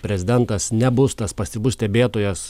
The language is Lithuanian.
prezidentas nebus tas pasyvus stebėtojas